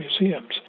museums